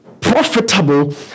profitable